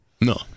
No